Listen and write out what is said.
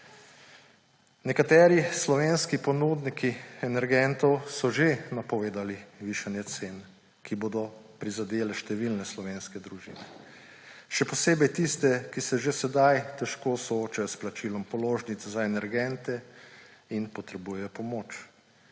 Nekateri slovenski ponudniki energentov so že napovedali višanje cen, ki bo prizadelo številne slovenske družine, še posebej tiste, ki se že sedaj težko soočajo s plačilom položnic za energente in potrebujejo pomoč.